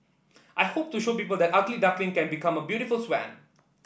I hope to show people that the ugly duckling can become a beautiful swan